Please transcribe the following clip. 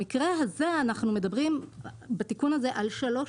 במקרה הזה אנחנו מדברים בתיקון הזה על שלוש